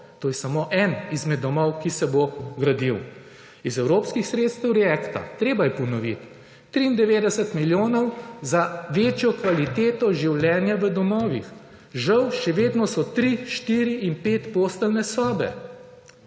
To je samo en izmed domov, ki se bo gradil. Iz evropskih sredstev React-a, treba je ponoviti. 93 milijonov za večjo kvaliteto življenja v domovih. Žal še vedno so tri, štiri in pet posteljne sobe.